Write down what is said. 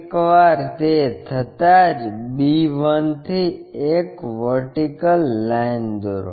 એકવાર તે થતાં જ b 1 થી એક વર્ટિકલ લાઈન દોરો